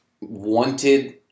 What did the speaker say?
wanted